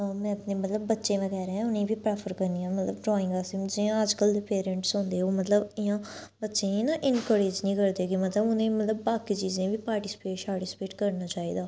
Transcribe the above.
में अपने मतलब बच्चें बगैरा उनें बी प्रेफर करनी आं मतलब ड्राइंग आस्तै हून जियां अज्जकल दे पेरेंट्स होंदे ओह् मतलब इ'यां बच्चें ई ना इनकरेज नी करदे कि मतलब कि उनें ई बाकी चीजें आ बी पार्टिसिपेट सार्टिसिपेट करना चाहिदा